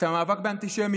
מול המאבק באנטישמיות?